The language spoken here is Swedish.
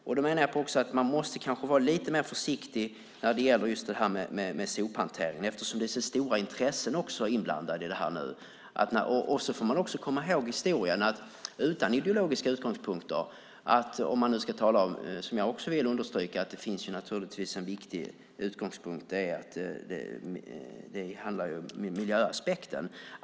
Jag menar att man måste vara lite mer försiktig just när det gäller sophantering eftersom det är så stora intressen inblandade. Man måste också komma ihåg historien utan ideologiska utgångspunkter. Jag vill understryka att det finns en viktig utgångspunkt, nämligen miljöaspekten.